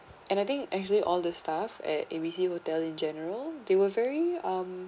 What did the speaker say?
and I think actually all the staff at A B C hotel in general they were very um